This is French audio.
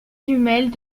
jumelles